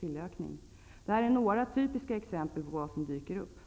tillökning? -- Det är några typiska exempel på vad som dyker upp.